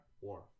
war